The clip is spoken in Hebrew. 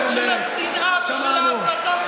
אתם קורבן של השנאה ושל ההסתה שלכם.